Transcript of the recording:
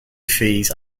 fees